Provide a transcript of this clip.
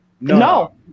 No